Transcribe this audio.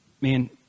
Man